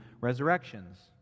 resurrections